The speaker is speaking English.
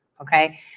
okay